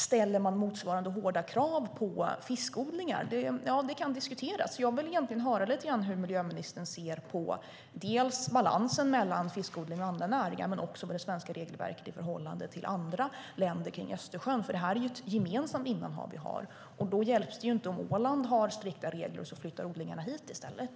Ställer man motsvarande höga krav på fiskodlingar? Det kan diskuteras. Jag skulle vilja höra lite grann om hur miljöministern ser på dels balansen mellan fiskodling och andra näringar, dels hur det svenska regelverket förhåller sig till reglerna i andra länder kring Östersjön. Östersjön är ju ett gemensamt innanhav. Det hjälps inte om Åland har strikta regler för då flyttar fiskodlingarna hit i stället.